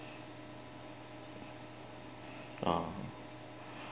uh